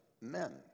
men